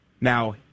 Now